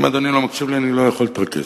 אם אדוני לא מקשיב לי, אני לא יכול להתרכז.